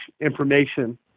information